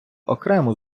окрему